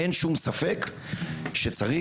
אין שום ספק שצריך,